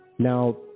Now